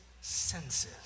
senses